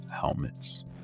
helmets